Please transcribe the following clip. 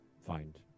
find